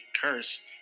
curse